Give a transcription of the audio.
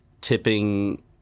tipping